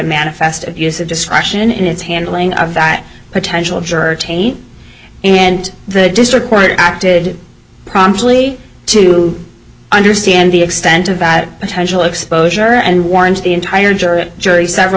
manifest use of discretion in its handling of that potential juror taint and the district court acted promptly to understand the extent of that exposure and warrant the entire jury jury several